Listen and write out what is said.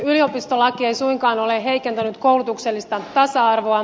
yliopistolaki ei suinkaan ole heikentänyt koulutuksellista tasa arvoa